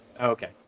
Okay